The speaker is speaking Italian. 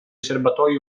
serbatoi